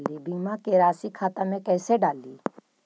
बीमा के रासी खाता में कैसे डाली?